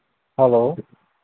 hello